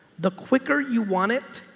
the quicker you want it,